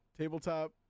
Tabletop